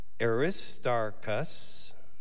Aristarchus